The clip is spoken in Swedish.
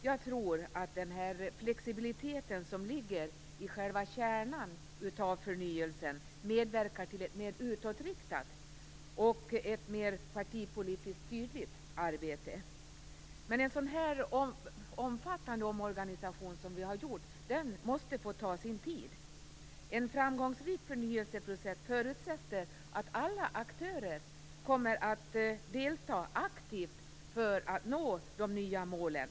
Jag tror att den flexibilitet som ligger i själva kärnan av förnyelsen medverkar till ett mer utåtriktat och ett mer partipolitiskt tydligt arbete. En sådan omfattande omorganisation som vi har gjort måste få ta sin tid. En framgångsrik förnyelseprocess förutsätter att alla aktörer kommer att delta aktivt för att nå de nya målen.